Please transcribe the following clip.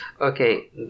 Okay